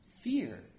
Fear